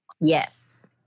Yes